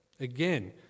Again